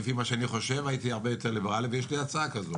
לפי מה שאני חושב הייתי הרבה יותר ליברלי ויש לי הצע כזו.